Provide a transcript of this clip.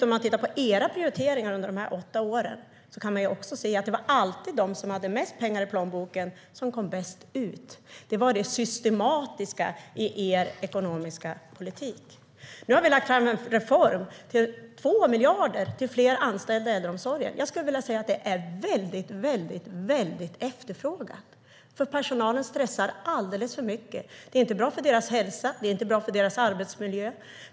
Om vi tittar på era prioriteringar under de åtta åren kan vi se att det alltid var de med mest pengar i plånboken som kom bäst ut. Det var det systematiska i er ekonomiska politik. Nu har vi lagt fram en reform som innebär 2 miljarder för fler anställda i äldreomsorgen. Jag skulle vilja säga att det är väldigt efterfrågat. Personalen stressar alldeles för mycket. Det är inte bra för deras hälsa. Det är inte bra för deras arbetsmiljö.